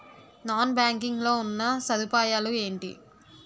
Non banking లో ఉన్నా సదుపాయాలు ఎంటి?